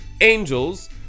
angels